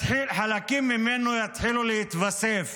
חלקים ממנו יתחילו להתווסף